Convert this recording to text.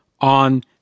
on